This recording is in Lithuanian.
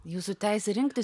jūsų teisė rinktis